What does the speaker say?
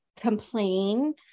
complain